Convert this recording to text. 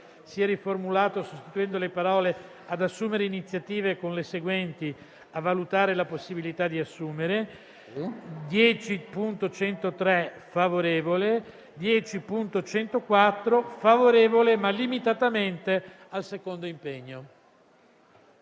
sia riformulato sostituendo le parole: «ad assumere iniziative» con le seguenti: «a valutare la possibilità di assumere»; G10.103 e G10.104 (testo 2) ma limitatamente al secondo impegno.